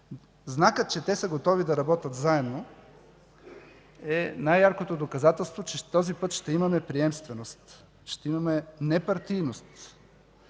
знакът, че са готови да работят заедно, е най-яркото доказателство, че този път ще имаме приемственост, ще имаме непартийност